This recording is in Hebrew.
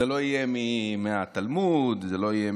זה לא יהיה מהתלמוד, זה לא יהיה,